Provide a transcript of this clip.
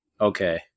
Okay